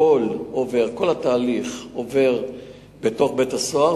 כל התהליך עובר בתוך בית-הסוהר,